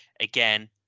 again